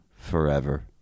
forever